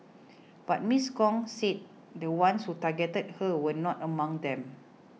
but Miss Gong said the ones who targeted her were not among them